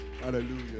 Hallelujah